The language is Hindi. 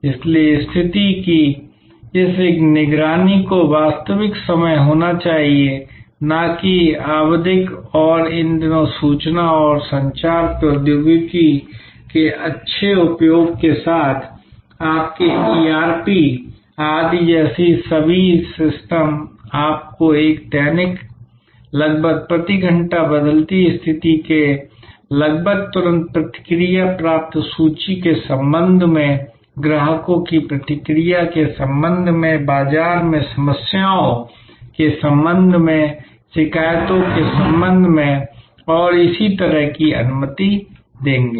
इसलिए स्थिति की इस निगरानी को वास्तविक समय होना चाहिए न कि आवधिक और इन दिनों सूचना और संचार प्रौद्योगिकी के अच्छे उपयोग के साथ आपके ईआरपी आदि जैसे सभी सिस्टम आपको एक दैनिक लगभग प्रति घंटा बदलती स्थिति की लगभग तुरंत प्रतिक्रिया प्राप्त सूची के संबंध में ग्राहकों की प्रतिक्रिया के संबंध में बाज़ार में समस्याओं के संबंध में शिकायतों के संबंध में और इसी तरह की अनुमति देंगे